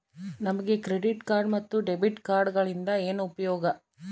ನಮಗೆ credit card ಮತ್ತು debit ಕಾರ್ಡುಗಳಿಂದ ಏನು ಉಪಯೋಗ?